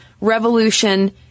revolution